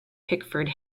pickford